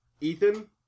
Ethan